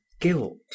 guilt